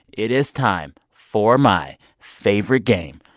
it is time for my favorite game,